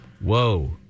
Whoa